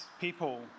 people